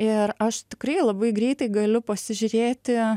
ir aš tikrai labai greitai galiu pasižiūrėti